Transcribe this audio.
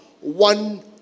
one